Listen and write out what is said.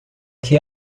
que